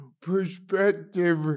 perspective